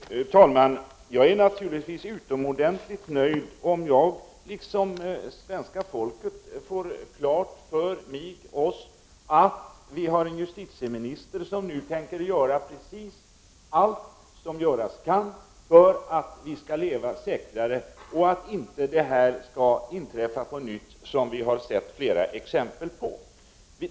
Herr talman! Jag är naturligtvis utomordentligt nöjd om jag — liksom svenska folket — får klart för mig att vi har en justitieminister som nu tänker göra precis allt som göras kan för att vi skall kunna leva säkrare och för att inte det här som vi sett flera exempel på skall inträffa på nytt.